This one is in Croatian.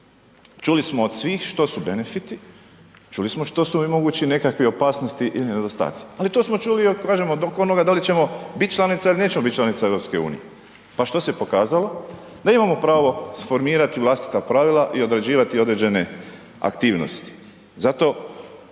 Čuli smo od svih što su benefiti, čuli smo što su ovi mogući nekakvi opasnosti ili nedostaci. Ali to smo čuli kažem od onoga da li ćemo biti članica ili nećemo biti članica EU. Pa što se pokazalo? Da imamo pravo sformirati vlastita pravila i određivati određene aktivnosti. Zato